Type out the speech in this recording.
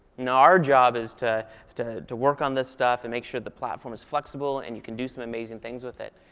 and our job is to to work on this stuff and make sure the platform is flexible, and you can do some amazing things with it.